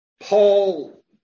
Paul